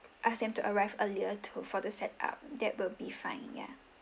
ask them to arrive earlier too for the set up that will be fine yeah